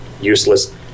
useless